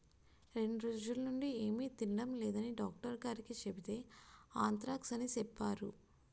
రెండ్రోజులనుండీ ఏమి తినడం లేదని డాక్టరుగారికి సెబితే ఆంత్రాక్స్ అని సెప్పేరు